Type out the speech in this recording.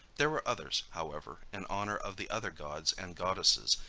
there were others, however, in honor of the other gods and goddesses,